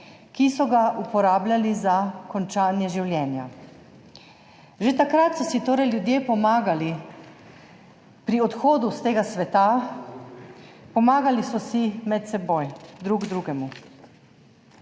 ki so ga uporabljali za končanje življenja. Že takrat so si torej ljudje pomagali pri odhodu s tega sveta. Pomagali so si med seboj, drug drugemu.